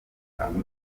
amajwi